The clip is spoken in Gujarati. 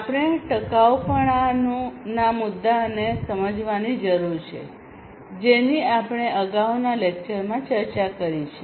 આપણે ટકાઉપણુંના મુદ્દાને સમજવાની જરૂર છે જેની આપણે અગાઉના લેક્ચરમાં ચર્ચા કરી છે